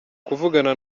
kuvugana